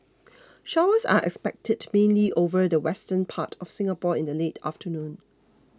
showers are expected mainly over the western part of Singapore in the late afternoon